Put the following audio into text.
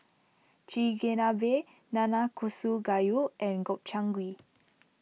Chigenabe Nanakusa Gayu and Gobchang Gui